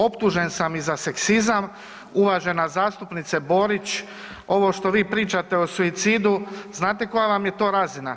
Optužen sam i za seksizam, uvažena zastupnica Borić ovo što vi pričate o suicidu, znate koja vam je to razina.